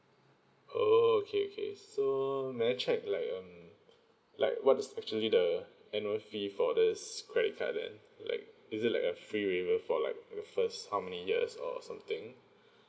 oh okay okay so may I check like um like what is actually the annual fee for this credit card then like is it like a free waiver for like at first how many years or something